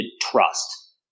trust